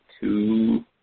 two